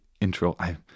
intro